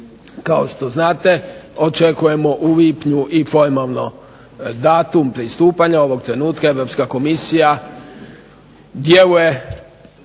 Kao što znate očekujemo u lipnju i formalno datum pristupanja. Ovog trenutka Europska komisija djeluje